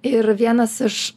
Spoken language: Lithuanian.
ir vienas iš